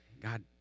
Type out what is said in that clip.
God